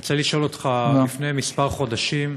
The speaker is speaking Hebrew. אני רוצה לשאול אותך: לפני כמה חודשים